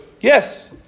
yes